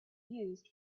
used